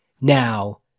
Now